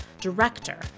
director